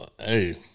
hey